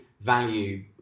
value